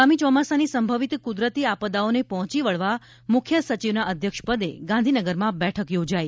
આગામી ચોમાસાની સંભવિત કુદરતી આપદાઓને પહોંચી વળવા મુખ્ય સચિવના અધ્યક્ષ પદે ગાંધીનગરમાં બેઠક યોજાઇ